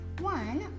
One